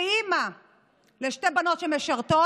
כאימא לשתי בנות שמשרתות,